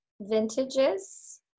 vintages